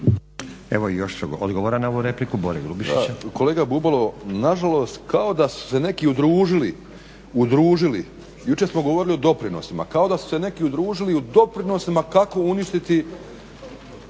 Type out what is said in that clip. Evo i još odgovora na ovu repliku, Bore Grubišića.